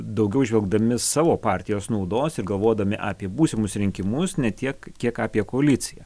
daugiau žvelgdami savo partijos naudos ir galvodami apie būsimus rinkimus ne tiek kiek apie koaliciją